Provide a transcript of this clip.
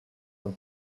and